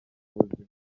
buzima